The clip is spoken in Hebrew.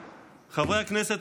חברי הכנסת,